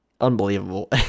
unbelievable